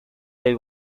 del